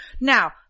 Now